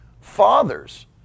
fathers